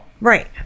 Right